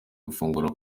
gufungura